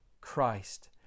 Christ